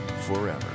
forever